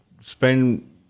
spend